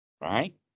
right